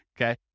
okay